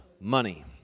money